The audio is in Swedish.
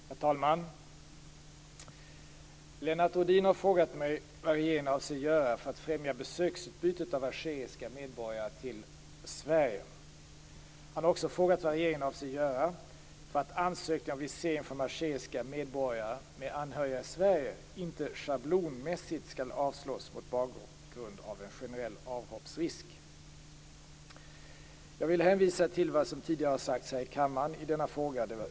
Herr talman! Lennart Rohdin har frågat mig vad regeringen avser att göra för att främja besöksutbytet av algeriska medborgare till Sverige. Lennart Rohdin har även frågat vad regeringen avser göra för att ansökningar om visering från algeriska medborgare med anhöriga i Sverige inte schablonmässigt skall avslås mot bakgrund av en generell avhoppsrisk. Som utgångspunkt för mitt svar vill jag hänvisa till vad som tidigare har sagts här i kammaren i denna fråga.